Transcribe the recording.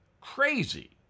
crazy